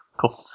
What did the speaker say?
Cool